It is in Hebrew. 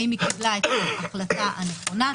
האם היא קיבלה את ההחלטה הנכונה.